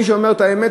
מי שאומר את האמת,